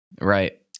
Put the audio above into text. Right